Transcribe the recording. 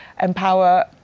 empower